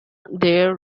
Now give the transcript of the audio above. their